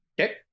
Okay